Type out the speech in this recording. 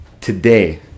Today